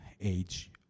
age